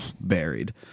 buried